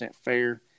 fair